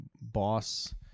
boss